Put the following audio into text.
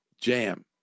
jam